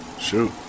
shoot